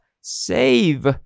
save